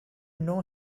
know